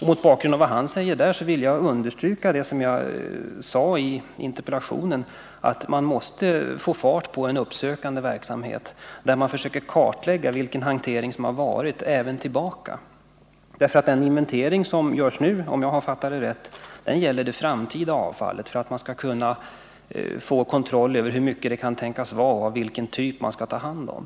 Mot bakgrund av vad länsläkaren sagt vill jag understryka det som jag framhållit i interpellationen, nämligen att vi måste få fart på en uppsökande verksamhet, där man försöker kartlägga vilken hantering som förekommit även bakåt i tiden. Den inventering som görs nu gäller, om jag har fattat saken rätt, det framtida avfallet för att man skall kunna få kontroll över hur mycket Nr 21 det kan tänkas bli och vilken typ av avfall man kommer att få ta hand om.